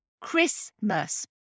Christmas